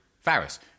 Farris